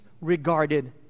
regarded